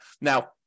Now